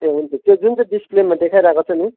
ए हुन्छ त्यो जुन चाहिँ डिसप्लेमा देखाइरहेको छ नि